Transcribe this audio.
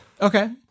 Okay